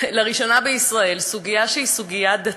לראשונה בישראל, סוגיה שהיא סוגיה דתית,